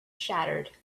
shattered